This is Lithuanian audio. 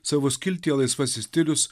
savo skiltyje laisvasis stilius